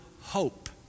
hope